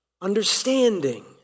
understanding